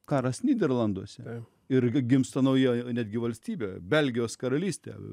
karas nyderlanduose ir gimsta naujoji netgi valstybė belgijos karalystė